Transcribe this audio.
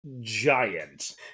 giant